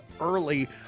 early